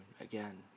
again